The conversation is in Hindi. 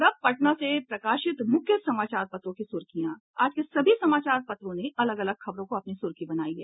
और अब पटना से प्रकाशित प्रमुख समाचार पत्रों की सुर्खियां आज के सभी समाचार पत्रों ने अलग अलग खबर को अपनी सुर्खी बनायी है